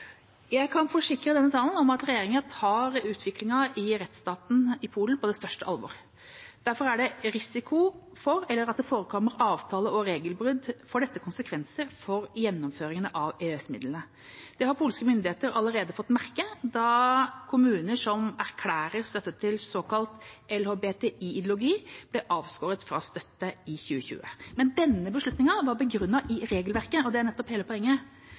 Jeg kan forsikre salen om at regjeringa tar utviklingen i rettsstaten i Polen på det største alvor. Der det forekommer avtale og regelbrudd, får dette konsekvenser for gjennomføringen av EØS-midlene. Det har polske myndigheter allerede fått merke, da kommuner som erklærer støtte til såkalte LHBTI-ideologi, ble avskåret fra støtte i 2020. Men denne beslutningen var begrunnet i regelverket, og det er nettopp hele poenget.